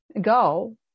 go